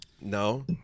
no